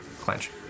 Clench